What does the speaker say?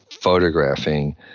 photographing